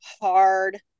hard